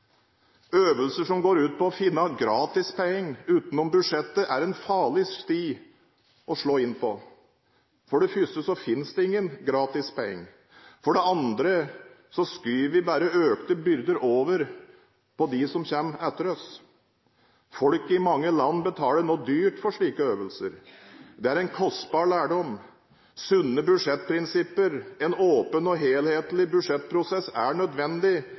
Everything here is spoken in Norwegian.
Øvelser som går ut på å finne gratis penger utenom budsjettet, er en farlig sti å slå inn på. For det første finnes det ingen gratis penger. For det andre skyver vi bare økte byrder over på dem som kommer etter oss. Folk i mange land betaler nå dyrt for slike øvelser. Det er en kostbar lærdom. Sunne budsjettprinsipper og en åpen og helhetlig budsjettprosess er nødvendig